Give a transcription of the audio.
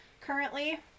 Currently